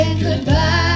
Goodbye